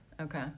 Okay